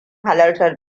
halartar